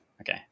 Okay